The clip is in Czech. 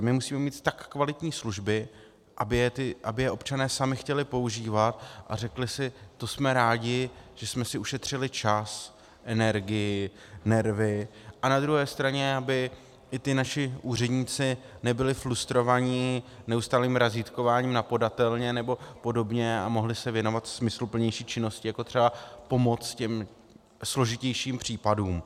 My musíme mít tak kvalitní služby, aby je občané sami chtěli používat a řekli si: to jsme rádi, že jsme si ušetřili čas, energii, nervy, a na druhé straně aby i naši úředníci nebyli frustrovaní neustálým razítkováním na podatelně nebo podobně a mohli se věnovat smysluplnější činnosti, jako třeba pomoci těm složitějším případům.